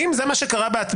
האם זה מה שקרה בהצעה?